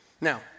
Now